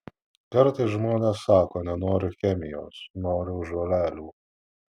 kartais žmonės sako nenoriu chemijos noriu žolelių